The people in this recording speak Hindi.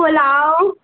पुलाओ